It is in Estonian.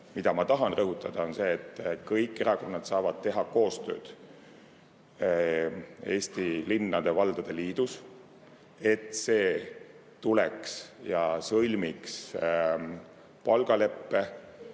Mida ma tahan rõhutada, on see, et kõik erakonnad saavad teha koostööd Eesti Linnade ja Valdade Liiduga, et see tuleks ja sõlmiks palgaleppe